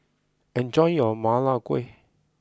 enjoy your Ma Lai Gao